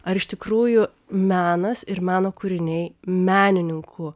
ar iš tikrųjų menas ir meno kūriniai menininkų